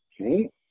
Okay